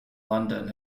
london